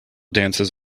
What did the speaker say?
dances